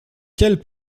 quel